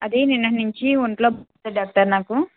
అదీ నిన్నటి నుంచి ఒంట్లో బాగాలేదు డాక్టర్ నాకు